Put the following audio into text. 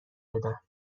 بدن